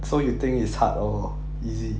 so you think it's hard or easy